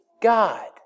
God